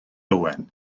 owen